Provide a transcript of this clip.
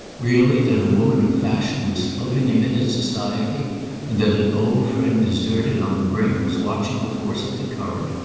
really that a woman of fashion was floating him into society and that an old friend deserted on the brink was watching the force of the current?